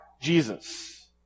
Jesus